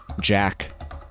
Jack